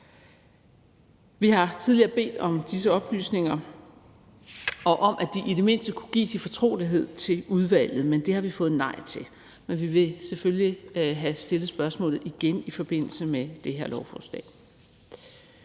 Vi har tidligere bedt om disse oplysninger og om, at de i det mindste kunne gives i fortrolighed til udvalget, men det har vi fået nej til. Men vi vil selvfølgelig stille spørgsmålet igen i forbindelse med det her lovforslag.